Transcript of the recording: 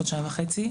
חודשיים וחצי,